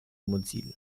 mozilla